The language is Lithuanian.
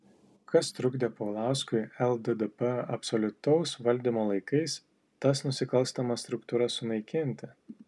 kas trukdė paulauskui lddp absoliutaus valdymo laikais tas nusikalstamas struktūras sunaikinti